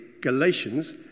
Galatians